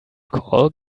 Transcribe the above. call